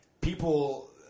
people –